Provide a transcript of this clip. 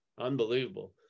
unbelievable